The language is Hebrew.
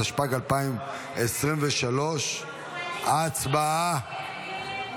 התשפ"ג 2023. הצבעה.